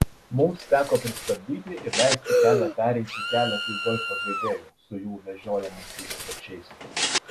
mums teko pristabdyti ir leisti kelią pereiti keletui golfo žaidėjų su jų vežiojamaisiais krepšiais